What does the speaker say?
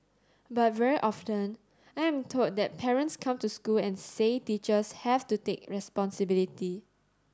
but very often I am told that parents come to school and say teachers have to take responsibility